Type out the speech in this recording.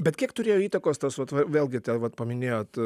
bet kiek turėjo įtakos tas vat vėlgi vat paminėjot